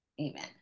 Amen